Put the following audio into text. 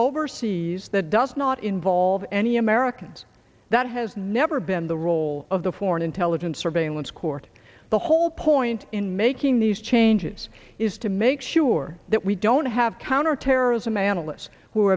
overseas that does not involve any americans that has never been the role of the foreign intelligence surveillance court the whole point in making these changes is to make sure that we don't have counterterrorism analysts who